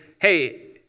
hey